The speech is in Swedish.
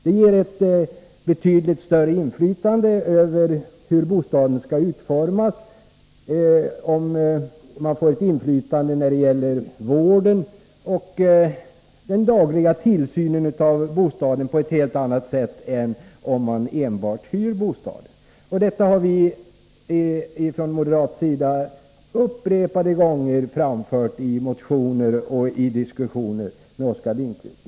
Det ger ett betydligt större inflytande över bostadens utformning, man får inflytande när det gäller vården och den lagliga tillsynen på ett helt annat sätt än om man enbart hyr sin bostad. Detta har vi från moderat sida upprepade gånger framfört i motioner och i diskussioner med Oskar Lindkvist.